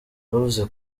bavuze